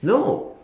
no